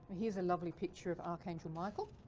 here's a lovely picture of archangel michael.